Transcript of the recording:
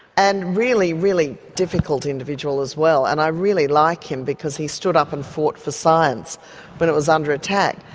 and a really, really difficult individual as well, and i really like him because he stood up and fought for science when it was under attack,